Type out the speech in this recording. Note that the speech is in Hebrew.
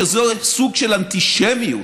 שזה סוג של אנטישמיות?